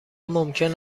ممکن